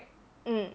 mm